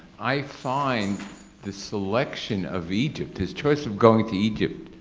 i find the selection of egypt, his choice of going to egypt.